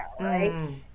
right